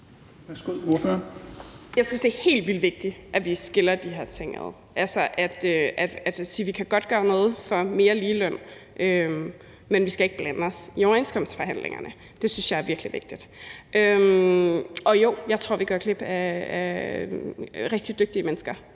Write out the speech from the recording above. Jeg synes, det er helt vildt vigtigt, at vi skiller de her ting ad og siger, at vi godt kan gøre noget for mere ligeløn, men vi skal ikke blande os i overenskomstforhandlingerne. Det synes jeg er virkelig vigtigt. Og jo, jeg tror, vi går glip af rigtig dygtige mennesker,